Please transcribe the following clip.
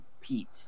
Pete